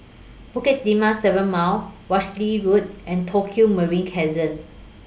Bukit Timah seven Mile Walshe Road and Tokio Marine